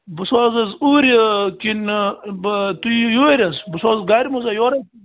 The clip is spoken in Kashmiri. بہٕ سوزٕ حظ اوٗرۍ یہِ کِنہٕ بہٕ تُہۍ یِیِو یوٗرۍ حظ بہٕ سوزٕ گاڑِ مَنزے یورے